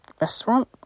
restaurant